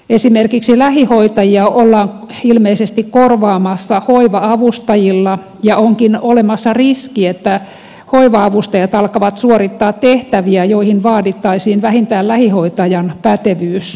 esimerkiksi lähihoitajia ollaan ilmeisesti korvaamassa hoiva avustajilla ja onkin olemassa riski että hoiva avustajat alkavat suorittaa tehtäviä joihin vaadittaisiin vähintään lähihoitajan pätevyys